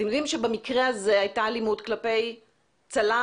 אתם יודעים שבמקרה הזה הייתה אלימות כלפי צלם,